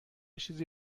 چیزی